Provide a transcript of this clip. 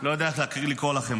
לא יודע איך לקרוא לכם.